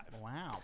Wow